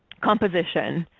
composition,